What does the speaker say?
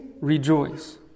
rejoice